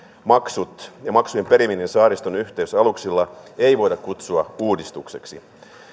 maksujen perimistä saariston yhteysaluksilla ei voida kutsua uudistukseksi